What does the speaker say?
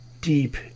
deep